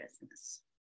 business